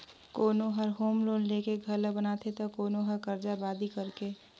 कोनो हर home loan लेके घर ल बनाथे त कोनो हर करजा बादी करके